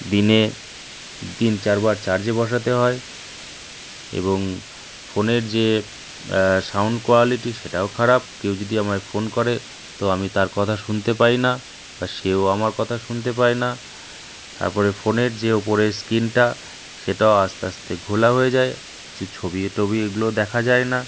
দিনে তিন চার বার চার্জে বসাতে হয় এবং ফোনের যে সাউন্ড কোয়ালিটি সেটাও খারাপ কেউ যদি আমায় ফোন করে তো আমি তার কথা শুনতে পাই না বা সেও আমার কথা শুনতে পায় না তার পরে ফোনের যে উপরে স্ক্রিনটা সেটাও আস্তে আস্তে ঘোলা হয়ে যায় কিছু ছবি টবি এগুলো দেখা যায় না